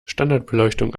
standardbeleuchtung